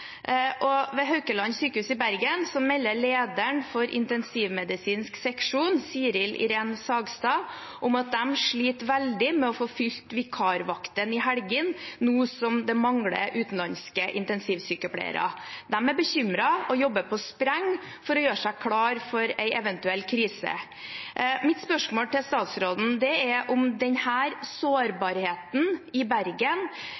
Ved Haukeland universitetssjukehus i Bergen melder lederen for intensivmedisinsk seksjon, Siril Iren Sagstad, om at de sliter veldig med å få fylt vikarvaktene i helgene nå som det mangler utenlandske intensivsykepleiere. De er bekymret og jobber på spreng for å gjøre seg klare for en eventuell krise. Mitt spørsmål til statsråden er om denne sårbarheten i Bergen